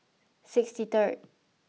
sixty third